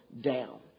down